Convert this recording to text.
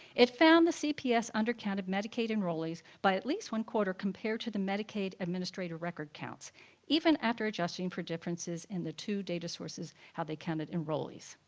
it found that cps undercounted medicaid enrollees by at least one quarter compared to the medicaid administrator record counts even after adjusting for differences in the two data sources how they counted enrollees.